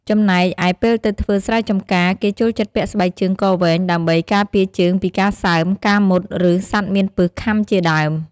ចំណែកឯពេលទៅធ្វើស្រែចំការគេចូលចិត្តពាក់ស្បែកជើងកវែងដើម្បី ការពារជើងពីការសើម ការមុត ឬ សត្វមានពិសខាំជាដើម។